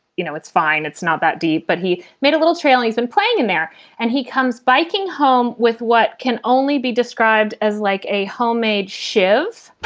you know, it's fine. it's not that deep. but he made a little trail. he's been playing in there and he comes biking home with what can only be described as like a homemade shivs.